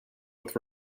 with